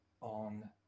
on